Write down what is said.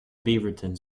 beaverton